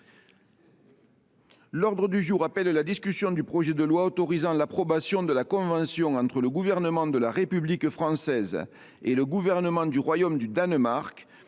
L’ordre du jour appelle la discussion du projet de loi autorisant l’approbation de la convention entre le Gouvernement de la République française et le Gouvernement du Royaume du Danemark